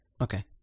okay